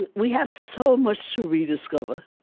and we have so much to rediscover.